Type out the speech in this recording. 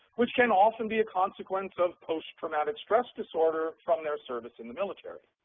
which can often be a consequence of post traumatic stress disorder from their service in the military.